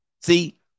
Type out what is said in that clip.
See